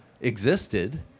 existed